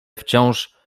wciąż